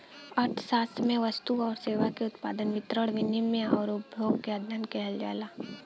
अर्थशास्त्र में वस्तु आउर सेवा के उत्पादन, वितरण, विनिमय आउर उपभोग क अध्ययन किहल जाला